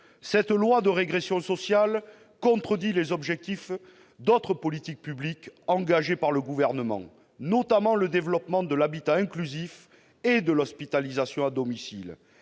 Ce texte de régression sociale contredit les objectifs d'autres politiques publiques engagées par le Gouvernement, notamment le développement de l'habitat inclusif et de l'hospitalisation à domicile,